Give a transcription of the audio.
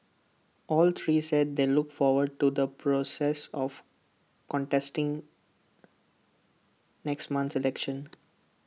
all three said they look forward to the process of contesting next month's election